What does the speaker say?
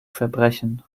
verbrechen